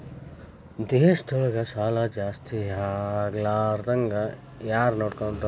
ದೇಶದೊಳಗ ಸಾಲಾ ಜಾಸ್ತಿಯಾಗ್ಲಾರ್ದಂಗ್ ಯಾರ್ನೊಡ್ಕೊತಾರ?